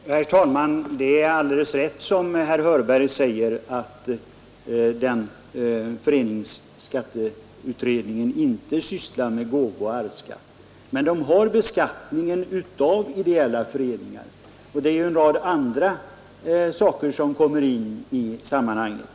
Herr talman! Det är alldeles rätt som herr Hörberg säger att den skatteutredningen inte sysslar med gåvooch arvsskatt, men den har ju att utreda beskattningen av ideella föreningar, och det är ju en rad andra = Nr 57 saker som kommer in i sammanhanget.